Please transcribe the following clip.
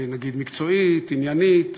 נגיד מקצועית, עניינית,